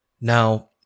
Now